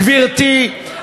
גברתי,